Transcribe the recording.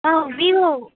ஆ Vivo